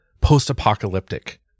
post-apocalyptic